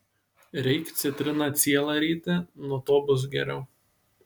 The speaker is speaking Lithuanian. reik citriną cielą ryti nuo to bus geriau